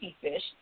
fish